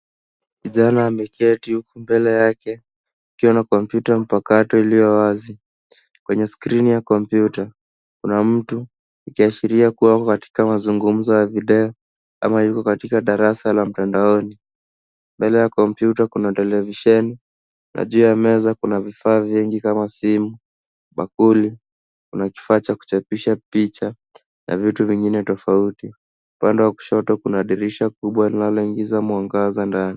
Kijana ameketi huku mbele yake kukiwa na kompyuta mpakato iliyo wazi. Kwenye skrini ya kompyuta, kuna mtu ikiashiria kuwa ako katika mazungumzo ya video ama yuko katika darasa la mtandaoni. Mbele ya kompyuta kuna televisheni na juu ya meza kuna vifaa vingi kama simu, bakuli, kuna kifaa cha kuchapisha picha na vitu vingine tofauti. Upande wa kushoto kuna dirisha kubwa linaloingiza mwanga ndani.